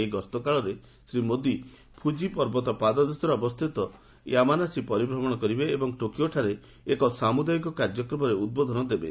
ଏହି ଗସ୍ତ କାଳରେ ଶ୍ରୀ ମୋଦି ପ୍ରଜି ପର୍ବତ ପାଦଦେଶରେ ଅବସ୍ଥିତ ୟାମାନାସି ପରିଭ୍ରମଣ କରିବେ ଏବଂ ଟୋକିଓଠାରେ ଏକ ସାମୁଦାୟିକ କାର୍ଯ୍ୟକ୍ରମରେ ଉଦ୍ବୋଧନ ଦେବେ